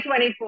2024